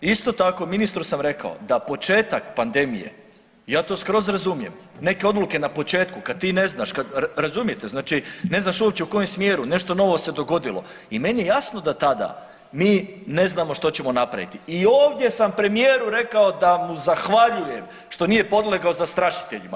Isto tako ministru sam rekao da početak pandemije i ja to skroz razumijem, neke odluke na početku kad ti ne znaš, razumijete, znači uopće u kojem smjeru nešto novo se dogodilo i meni je jasno da tada mi ne znamo što ćemo napraviti i ovdje sam premijeru rekao da mu zahvaljujem što nije podlegao zastrašiteljima.